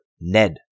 Ned